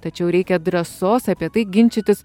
tačiau reikia drąsos apie tai ginčytis